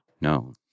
No